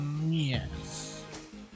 Yes